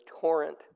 torrent